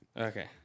Okay